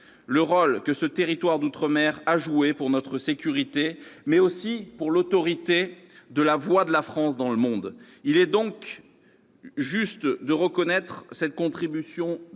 le rôle que ce territoire d'outre-mer a joué pour notre sécurité, mais aussi pour l'autorité de la voix de la France dans le monde. Il est juste de reconnaître cette contribution